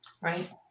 Right